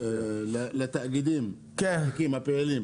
שמקנה לתאגידים הוותיקים הפעילים